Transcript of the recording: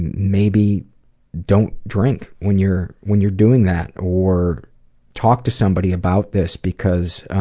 maybe don't drink when you're when you're doing that. or talk to somebody about this because